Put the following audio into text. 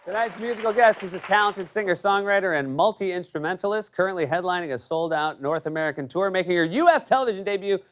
tonight's music guest is the talented singer songwriter and multi-instrumentalist, currently headlining a sold-out north american tour. making her u s. television debut,